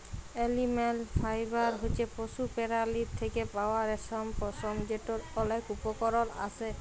animal fibre হছে পশু পেরালীর থ্যাকে পাউয়া রেশম, পশম যেটর অলেক উপকরল আসে